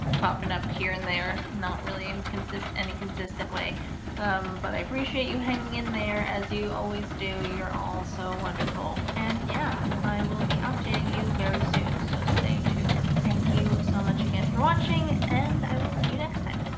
popping up here and they're not really inconsistent any consistent way but i appreciate you hanging in there as you always do you're all so wonderful. and yeah, i will be updating you very soon so stay tuned. thank you so much again for watching and i will see you next time